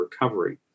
recovery